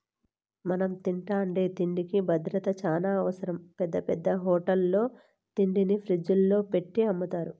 మనం తింటాండే తిండికి భద్రత చానా అవసరం, పెద్ద పెద్ద హోటళ్ళల్లో తిండిని ఫ్రిజ్జుల్లో పెట్టి అమ్ముతారు